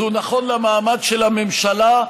הוא נכון למעמד של הממשלה,